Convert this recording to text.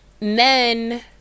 Men